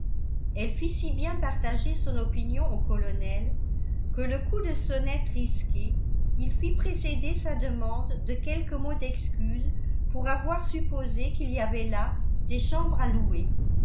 elle fit si bien partager son opinion au colonel que le coup de sonnette risqué il fit précéder sa demande de quelques mots d'excuses pour avoir supposé qu'il y avait là des chambres à louer